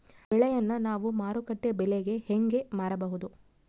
ಬೆಳೆಯನ್ನ ನಾವು ಮಾರುಕಟ್ಟೆ ಬೆಲೆಗೆ ಹೆಂಗೆ ಮಾರಬಹುದು?